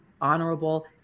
honorable